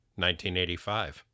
1985